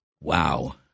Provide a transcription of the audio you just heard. Wow